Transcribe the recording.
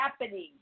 happening